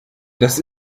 das